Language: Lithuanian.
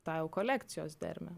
tą jau kolekcijos dermę